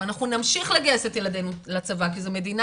ואנחנו נמשיך לגייס את ילדינו לצבא כי זו מדינה